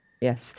Yes